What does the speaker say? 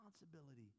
responsibility